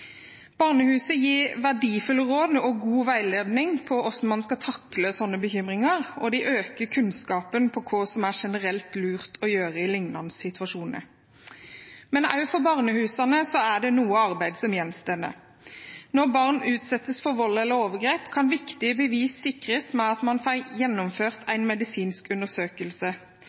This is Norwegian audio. Barnehusene gir verdifulle råd og god veiledning om hvordan man skal takle sånne bekymringer, og de øker kunnskapen om hva som generelt er lurt å gjøre i liknende situasjoner. Men også for barnehusene gjenstår noe arbeid. Når barn utsettes for vold eller overgrep, kan viktige bevis sikres ved at man får gjennomført